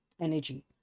energy